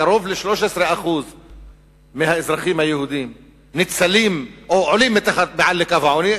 קרוב ל-13% מהאזרחים היהודים ניצלים או עולים מעל לקו העוני,